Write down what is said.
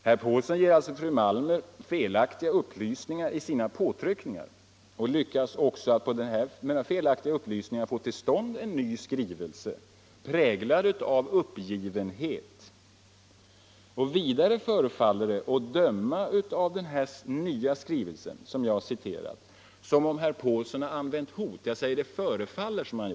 Genom sina påtryckningar och med dessa felaktiga upplysningar lyckas han också få till stånd en ny skrivelse, präglad av uppgivenhet. Vidare förefaller det, att döma av den nya skrivelsen som jag citerat, som om herr Pålsson har använt hot; jag betonar att det förefaller så.